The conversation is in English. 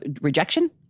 rejection